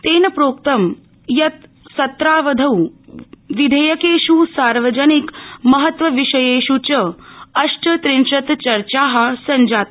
तेन प्रोक्तम् यत् सत्रावधौ विधेयकेष् सार्वजनिक महत्वविषयेष् च अष्टत्रिंशत् चर्चा संजाता